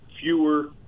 fewer